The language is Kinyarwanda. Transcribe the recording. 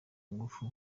ngufu